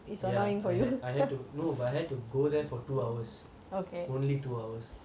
ya I had I had to no but I had to go there for two hours only two hours